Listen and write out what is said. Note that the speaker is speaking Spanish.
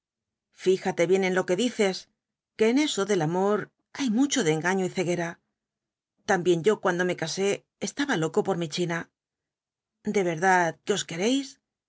fíjate bien en lo quei dices que en eso del amor hay mucho de engaño y ceguera también yo cuando me casé estaba loco por mi china de verdad que